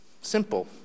simple